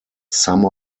some